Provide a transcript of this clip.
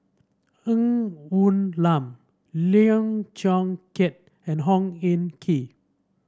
Ng Woon Lam Lim Chong Keat and Hong Hin Kee